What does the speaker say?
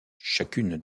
chacune